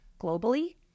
globally